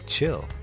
Chill